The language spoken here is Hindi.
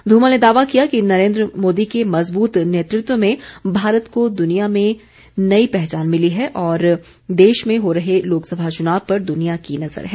धूमल ने दावा किया कि नरेन्द्र मोदी के मज़बूत नेतृत्व में भारत को दुनिया में नई पहचान मिली है और देश में हो रहे लोकसभा चुनाव पर दुनिया की नज़र है